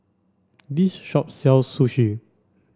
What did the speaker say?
this shop sells Sushi